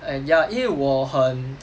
嗯 ya 因为我很